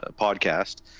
podcast